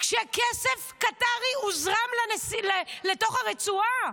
כשכסף קטרי הוזרם לתוך הרצועה.